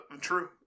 true